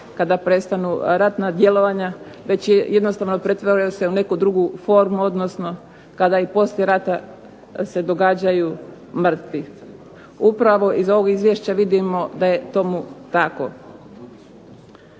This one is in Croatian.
kada prestanu ratna djelovanja već jednostavno pretvara se u neku drugu formu odnosno kada i poslije rata se događaju mrtvi. Upravo iz ovog izvješća vidimo da je tomu tako